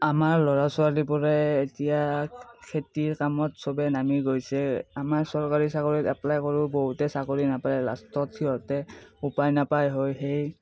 আমাৰ ল'ৰা ছোৱালীবোৰে এতিয়া খেতিৰ কামত চবে নামি গৈছে আমাৰ চৰকাৰী চাকৰি এপ্লাই কৰিও বহুতে চাকৰি নেপায় লাষ্টত সিহঁতে উপায় নাপায় হৈ সেই